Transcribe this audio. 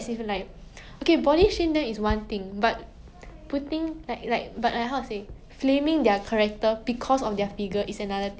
then I think like it's very like it's very bad to assume that if you look certain way 你是 certain kind of 人